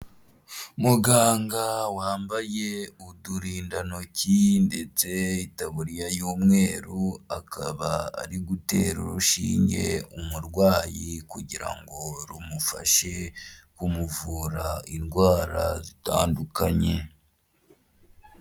Muganga wambaye uturindantoki ndetse itaburiya y'umweru akaba ari gutera urushinge umurwayi kugira ngo rumufashe kumuvura indwara zitandukanye.